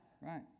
Right